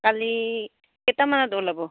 কালি কেইটামানত ওলাব